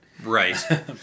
Right